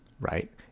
right